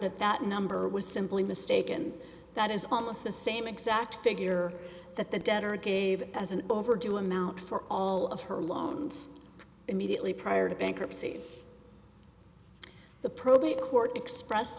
that that number was simply mistaken that is almost the same exact figure that the debtor gave as an overdue amount for all of her loans immediately prior to bankruptcy the probate court express